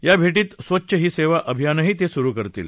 या भेर्तिस्वच्छ ही सेवा अभियानही ते सुरु करतील